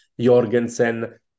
Jorgensen